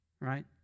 Right